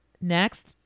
Next